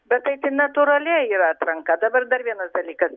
bet tai ten natūraliai yra atranka dabar dar vienas dalykas